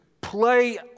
play